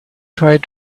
tried